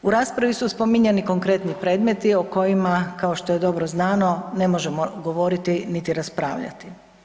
U raspravi su spominjani konkretni predmeti o kojima kao što je dobro znano ne možemo govoriti, niti raspravljati.